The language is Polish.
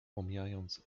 omijając